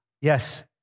Yes